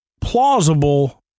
plausible